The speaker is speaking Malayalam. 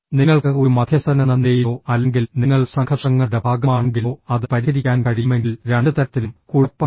നിങ്ങൾക്ക് ഒരു മധ്യസ്ഥനെന്ന നിലയിലോ അല്ലെങ്കിൽ നിങ്ങൾ സംഘർഷങ്ങളുടെ ഭാഗമാണെങ്കിലോ അത് പരിഹരിക്കാൻ കഴിയുമെങ്കിൽ രണ്ട് തരത്തിലും കുഴപ്പമില്ല